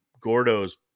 Gordo's